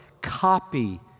copy